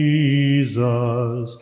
Jesus